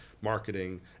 marketing